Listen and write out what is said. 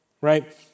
right